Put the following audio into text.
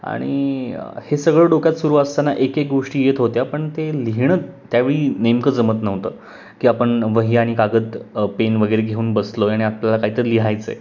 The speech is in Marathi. आणि हे सगळं डोक्यात सुरू असताना एक एक गोष्टी येत होत्या पण ते लिहिणं त्यावेळी नेमकं जमत नव्हतं की आपण वही आणि कागद पेन वगैरे घेऊन बसलो आहे आणि आपल्याला कायतरी लिहायचं आहे